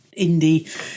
indie